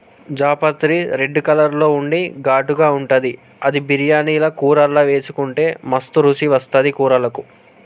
జాపత్రి red colour లో ఉండి ఘాటుగా ఉంటది అది బిర్యానీల కూరల్లా వేసుకుంటే మస్తు రుచి వస్తది కూరలకు